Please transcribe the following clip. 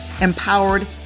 empowered